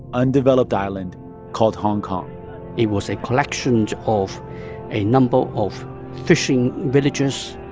undeveloped island called hong kong it was a collection of a number of fishing villages,